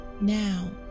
now